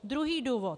Druhý důvod.